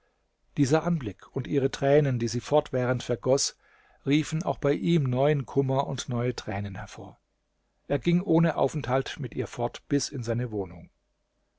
dieser anblick und ihre tränen die sie fortwährend vergoß riefen auch bei ihm neuen kummer und neue tränen hervor er ging ohne aufenthalt mit ihr fort bis in seine wohnung